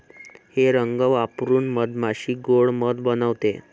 हे रंग वापरून मधमाशी गोड़ मध बनवते